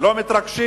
לא מתרגשים,